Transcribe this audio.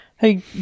Hey